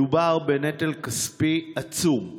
מדובר בנטל כספי עצום נוסף.